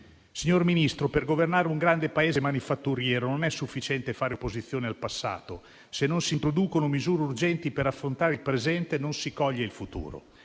Signor Ministro, per governare un grande Paese manifatturiero non è sufficiente fare opposizione al passato; se non si introducono misure urgenti per affrontare il presente, non si coglie il futuro.